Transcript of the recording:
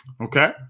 okay